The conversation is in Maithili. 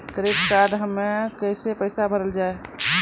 क्रेडिट कार्ड हम्मे कैसे पैसा भरल जाए?